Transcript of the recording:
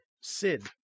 Sid